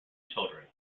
children